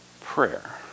prayer